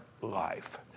life